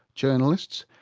journalists,